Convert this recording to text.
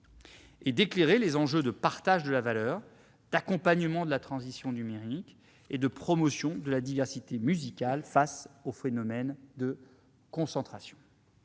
-et d'éclairer les enjeux de partage de la valeur, d'accompagnement de la transition numérique et de promotion de la diversité musicale face aux phénomènes de concentration.